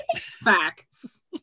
Facts